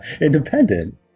independent